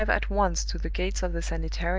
drive at once to the gates of the sanitarium,